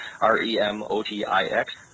r-e-m-o-t-i-x